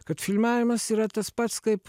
kad filmavimas yra tas pats kaip